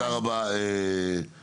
תודה רבה אלה.